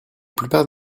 plupart